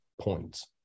points